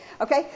Okay